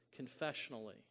confessionally